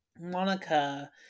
monica